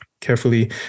carefully